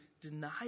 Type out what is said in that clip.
deny